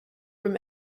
from